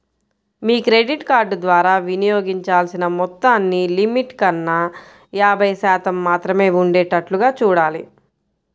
మీ credit card ద్వారా వినియోగించాల్సిన మొత్తాన్ని లిమిట్ కన్నా యాభై శాతం మాత్రమే ఉండేటట్లుగా చూడాలి